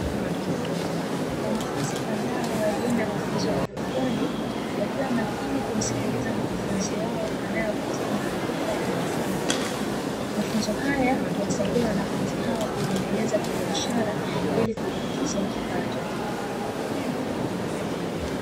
Wanafunzi kadhaa wa elimu ya mafunzo ya kiufundi, wakiwa makini kumsikiliza mkufunzi wao anayewapatia maarifa ya kiufundi. Mafunzo haya huwasaidia wanafunzi hawa kujiendeleza kibiashara, ili kujiingizia kipato.